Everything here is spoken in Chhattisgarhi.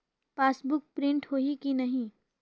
पासबुक प्रिंट होही कि नहीं?